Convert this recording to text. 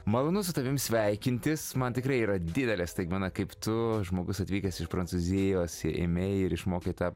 malonu su tavim sveikintis man tikrai yra didelė staigmena kaip tu žmogus atvykęs iš prancūzijos ėmei ir išmokai tą